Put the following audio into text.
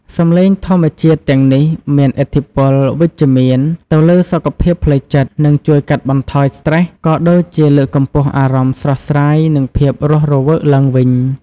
សំឡេងធម្មជាតិទាំងនេះមានឥទ្ធិពលវិជ្ជមានទៅលើសុខភាពផ្លូវចិត្ត និងជួយកាត់បន្ថយស្ត្រេស ក៏ដូចជាលើកកម្ពស់អារម្មណ៍ស្រស់ស្រាយ និងភាពរស់រវើកឡើងវិញ។